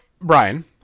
Brian